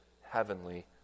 heavenly